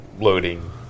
loading